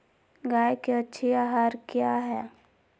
गाय के अच्छी आहार किया है?